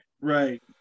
Right